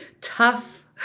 tough